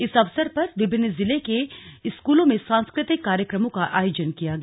इस अवसर पर विभिन्न जिले के स्कूलों में सांस्कृतिक कार्यक्रमों का आयोजन किया गया